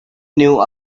knew